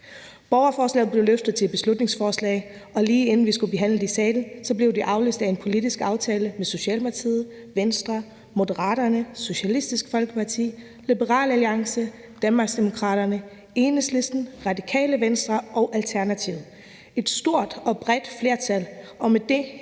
Borgerforslaget blev løftet til beslutningsforslag, og lige inden vi skulle behandle det i salen, blev det aflyst af en politisk aftale med Socialdemokratiet, Venstre, Moderaterne, Socialistisk Folkeparti, Liberal Alliance, Danmarksdemokraterne, Enhedslisten, Radikale Venstre og Alternativet. Det var et stort og bredt flertal, og med det